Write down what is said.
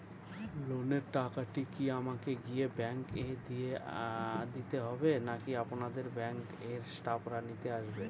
লোনের টাকাটি কি আমাকে গিয়ে ব্যাংক এ দিতে হবে নাকি আপনাদের ব্যাংক এর স্টাফরা নিতে আসে?